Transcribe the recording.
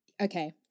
Okay